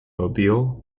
mobile